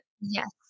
yes